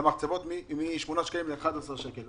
למחצבות מ-8 שקלים ל-11 שקלים.